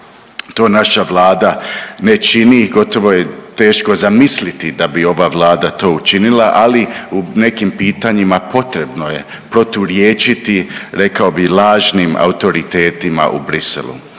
To naša Vlada ne čini. Gotovo je teško zamisliti da bi ova Vlada to učinila, ali u nekim pitanjima potrebno je proturječiti rekao bih lažnim autoritetima u Bruxellesu.